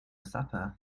supper